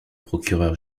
procureur